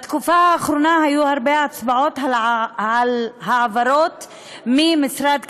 בתקופה האחרונה היו הרבה הצבעות על העברות ממשרד הכלכלה,